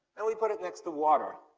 and we put it next to water.